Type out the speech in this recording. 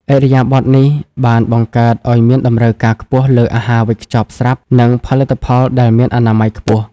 ឥរិយាបថនេះបានបង្កើតឱ្យមានតម្រូវការខ្ពស់លើ "អាហារវេចខ្ចប់ស្រាប់" និងផលិតផលដែលមានអនាម័យខ្ពស់។